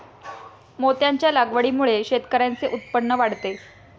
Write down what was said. मोत्यांच्या लागवडीमुळे शेतकऱ्यांचे उत्पन्न वाढते